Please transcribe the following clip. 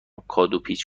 کادوپیچ